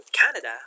Canada